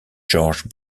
gorge